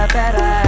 better